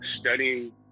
studying